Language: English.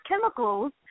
chemicals